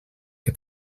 que